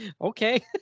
Okay